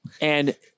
And-